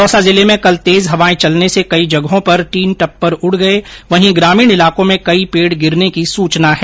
दौसा जिले में कल तेज हवाएं चलने से कई जगहों पर टीन टप्पर उड़ गए वहीं ग्रामीण इलाकों में कई पेड़ गिरने की सूचना है